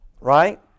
Right